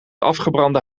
afgebrande